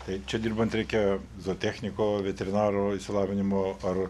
tai čia dirbant reikia zootechniko veterinaro išsilavinimo ar